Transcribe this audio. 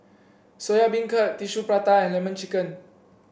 Soya Beancurd Tissue Prata and lemon chicken